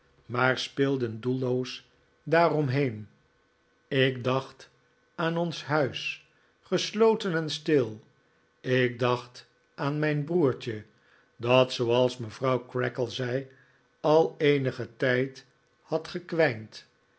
maar speelden doelloos daaromheen ik dacht aan ons huis gesloten en stil ik dacht aan mijn broertje dat zooals mevrouw creakle zei al eenigen tijd had gekwijnd